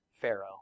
pharaoh